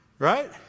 Right